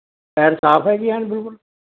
tyre ਸਾਫ਼ ਹੈ ਜੀ ਐਨ ਬਿਲਕੁਲ